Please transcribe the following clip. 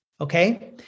okay